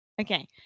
Okay